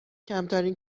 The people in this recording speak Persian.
کمترین